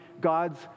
God's